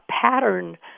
pattern